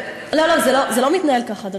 ההורים שלו חשבו שזה, לא, לא.